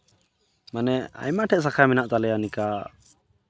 ᱢᱟᱱᱮ ᱟᱭᱢᱟ ᱴᱟᱜ ᱥᱟᱠᱷᱟ ᱢᱮᱱᱟᱜ ᱛᱟᱞᱮᱭᱟ ᱱᱤᱝᱠᱟ